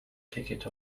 ticket